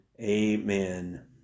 amen